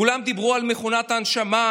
כולם דיברו על מכונות הנשמה,